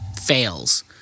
fails